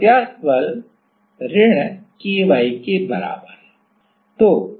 तो प्रत्यास्थ बल F ऋण k y के बराबर है